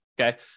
okay